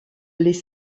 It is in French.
les